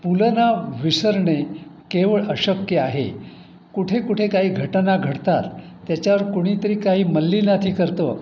पु लना विसरणे केवळ अशक्य आहे कुठे कुठे काही घटना घटतात त्याच्यावर कुणीतरी काही मल्लीनाथी करतो